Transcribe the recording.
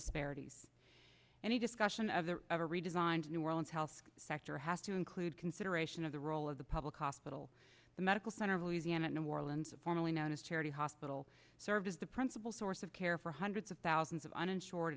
disparities any discussion of the ever redesigned new orleans health sector has to include consideration of the role of the public hospital the medical center of louisiana new orleans formerly known as charity hospital served as the principal source of care for hundreds of thousands of uninsured